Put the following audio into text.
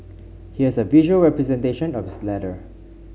here's a visual representation of his letter